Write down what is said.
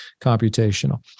computational